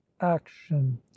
action